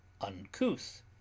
uncouth